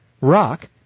Rock